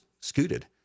scooted